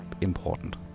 important